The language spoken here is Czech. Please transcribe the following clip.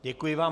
Děkuji vám.